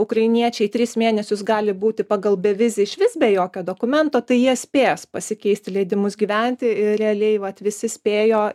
ukrainiečiai tris mėnesius gali būti pagal bevizį išvis be jokio dokumento tai jie spės pasikeisti leidimus gyventi ir realiai vat visi spėjo